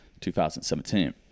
2017